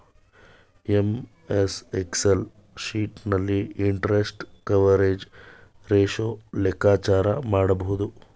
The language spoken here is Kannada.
ಎಂ.ಎಸ್ ಎಕ್ಸೆಲ್ ಶೀಟ್ ನಲ್ಲಿ ಇಂಟರೆಸ್ಟ್ ಕವರೇಜ್ ರೇಶು ಲೆಕ್ಕಾಚಾರ ಮಾಡಬಹುದು